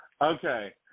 Okay